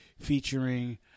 featuring